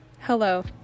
Hello